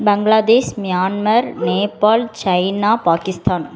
Bangladesh Myanmar Nepal China Pakistan